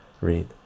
read